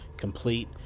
complete